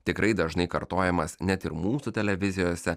tikrai dažnai kartojamas net ir mūsų televizijose